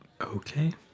Okay